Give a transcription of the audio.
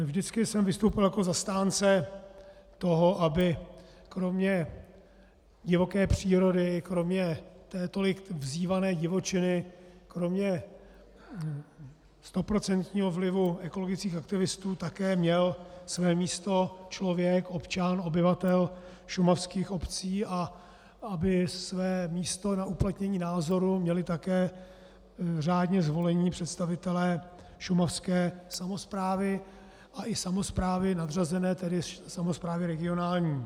Vždycky jsem vystupoval jako zastánce toho, aby kromě divoké přírody, kromě tolik vzývané divočiny, kromě stoprocentního vlivu ekologických aktivistů také měl své místo člověk, občan, obyvatel šumavských obcí a aby zde místo na uplatnění názoru měli také řádně zvolení představitelé šumavské samosprávy a i samosprávy nadřazené, tedy samosprávy regionální.